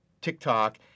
TikTok